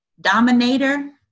Dominator